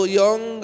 young